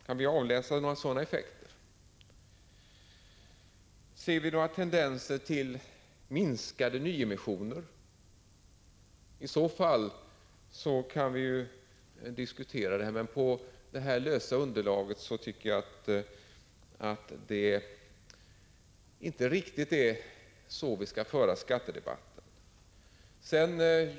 Kan vi avläsa några sådana effekter? Ser vi några tendenser till minskning i antalet nyemissioner? I så fall skulle vi kunna diskutera frågan, men på ett så löst underlag som de här antydningarna ger tycker jag inte vi skall föra skattedebatten.